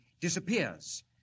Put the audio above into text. disappears